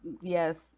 Yes